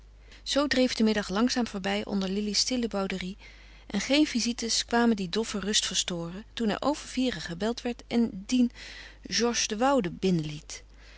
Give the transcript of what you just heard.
zoo dreef de middag langzaam voorbij onder lili's stille bouderie en geen visites kwamen die doffe rust verstoren toen er over vieren gebeld werd en dien georges de woude binnenliet